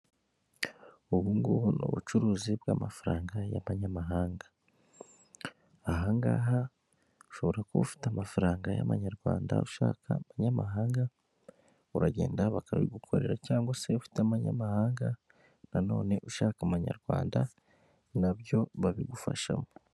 Ubungubu ni ubucuruzi bw'amafaranga y'abanyamahanga ahangaha ushobora kuba ufite amafaranga y'amanyarwanda ushaka abanyamahanga uragenda bakabigukorera cyangwa se ufite amanyamahanga nanone ushaka abanyarwanda nabyo babigufashamo.